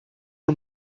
her